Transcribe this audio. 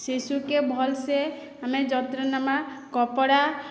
ଶିଶୁକେ ଭଲ୍ସେ ଆମେ ଯତ୍ନ ନେମା କପ୍ଡ଼ା